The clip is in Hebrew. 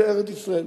זה ארץ-ישראל.